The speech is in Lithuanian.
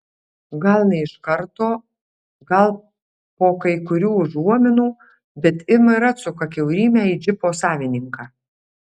gal ne iš karto gal po kai kurių užuominų bet ima ir atsuka kiaurymę į džipo savininką